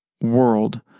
world